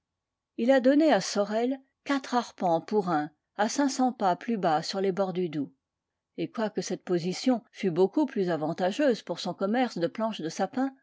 il a donné à sorel quatre arpents pour un à cinq cents pas plus bas sur les bords du doubs et quoique cette position fût beaucoup plus avantageuse pour son commerce de planches de sapin